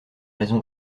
raison